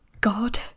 God